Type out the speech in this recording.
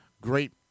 great